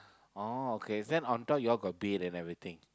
oh okay then on top you all got bathe and everything